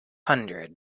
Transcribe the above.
hundred